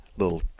little